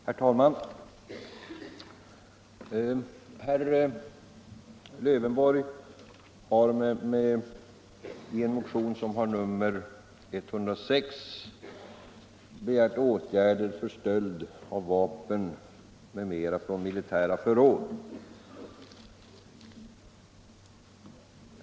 Herr talman! Herr Lövenborg har i motionen 106 begärt åtgärder mot stöld av vapen m.m. från militära förråd.